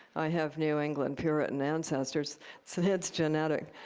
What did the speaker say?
i have new england puritan ancestors it's genetic.